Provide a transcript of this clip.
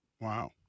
Wow